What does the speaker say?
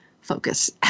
focus